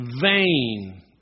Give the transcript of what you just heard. vain